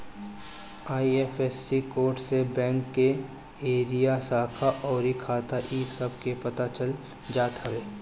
IFSC code से bank के area, शाखा अउरी खाता इ सब के पता चल जात हवे